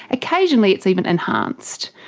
occasionally it is even enhanced.